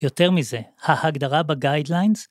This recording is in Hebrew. יותר מזה, ההגדרה בגיידליינס?